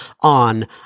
on